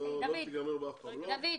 דוד,